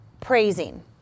praising